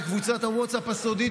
בקבוצת הווטסאפ הסודית,